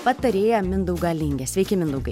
patarėją mindaugą lingę sveiki mindaugai